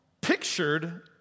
pictured